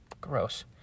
Gross